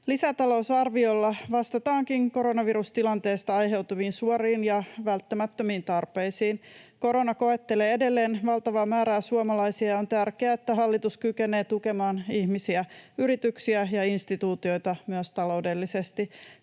Lisätalousarviolla vastataankin koronavirustilanteesta aiheutuviin suoriin ja välttämättömiin tarpeisiin. Korona koettelee edelleen valtavaa määrää suomalaisia, ja on tärkeää, että hallitus kykenee tukemaan ihmisiä, yrityksiä ja instituutioita myös taloudellisesti.